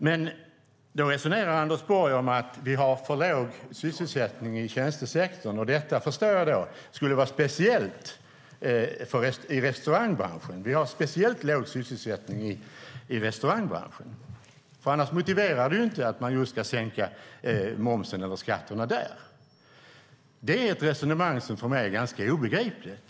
Men Anders Borg resonerar om att vi har för låg sysselsättning i tjänstesektorn, och, förstår jag det som, att den skulle vara speciellt låg i restaurangbranschen. Annars motiverar det inte att man ska sänka skatterna just där. Det är ett resonemang som för mig är ganska obegripligt.